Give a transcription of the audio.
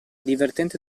divertente